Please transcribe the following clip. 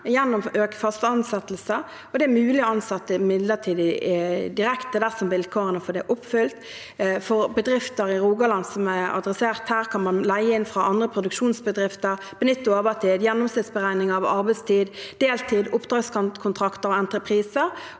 gjennom flere faste ansettelser, og det er mulig å ansette midlertidig direkte dersom vilkårene for det er oppfylt. Bedrifter i Rogaland, som er det som tas opp her, kan leie inn fra andre produksjonsbedrifter, benytte overtid, gjennomsnittsberegning av arbeidstid, deltid, oppdragskontrakter og entrepriser.